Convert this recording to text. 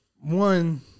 One